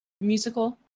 musical